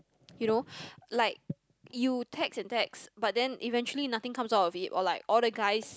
you know like you text and text but then eventually nothing comes out of it or like all the guys